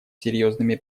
серьезными